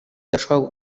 adashobora